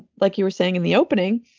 like you were saying in the opening,